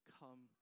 come